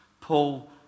Paul